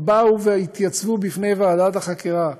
הם באו והתייצבו בפני ועדת החקירה,